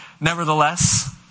nevertheless